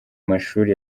mashuri